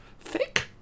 Thick